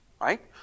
right